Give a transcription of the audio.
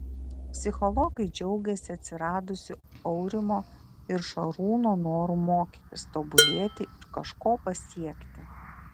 psichologai džiaugiasi atsiradusiu aurimo ir šarūno noru mokytis tobulėti ir kažko pasiekti